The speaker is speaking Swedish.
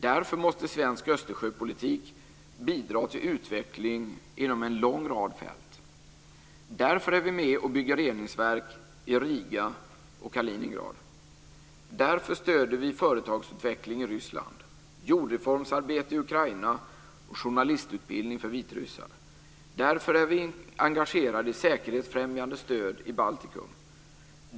Därför måste svensk Östersjöpolitik bidra till utveckling inom en lång rad fält. Därför är vi med och bygger reningsverk i Riga och Kaliningrad. Därför stöder vi företagsutveckling i Ryssland, jordreformsarbete i Ukraina och journalistutbildning för vitryssar. Därför är vi engagerade i säkerhetsfrämjande stöd i Baltikum.